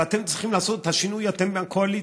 ואתם צריכים לעשות את השינוי, אתם מהקואליציה,